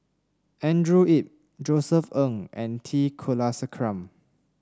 Andrew Yip Josef Ng and T Kulasekaram